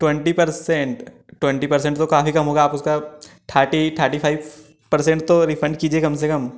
twenty percent twenty percent तो काफी कम होगा आप उसका थर्टी थर्टी फाइव पर्सेंट तो रिफंड कीजिए कम से कम